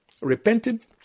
repented